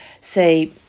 say